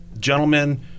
gentlemen